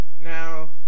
Now